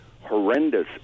horrendous